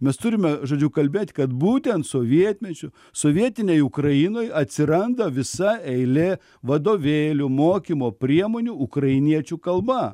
mes turime žodžiu kalbėt kad būtent sovietmečiu sovietinėj ukrainoj atsiranda visa eilė vadovėlių mokymo priemonių ukrainiečių kalba